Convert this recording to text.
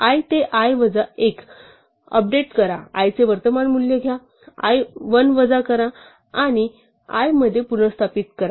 i ते i वजा 1 update करा i चे वर्तमान मूल्य घ्या 1 वजा करा आणि i मध्ये पुनर्स्थित करा